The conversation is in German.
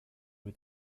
mit